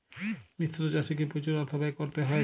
মিশ্র চাষে কি প্রচুর অর্থ ব্যয় করতে হয়?